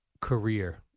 career